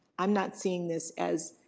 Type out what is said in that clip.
i'm not seeing this as